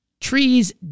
trees